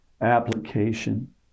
application